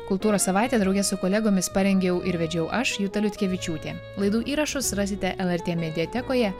kultūros savaitę drauge su kolegomis parengiau ir vedžiau aš juta liutkevičiūtė laidų įrašus rasite lrt mediatekoje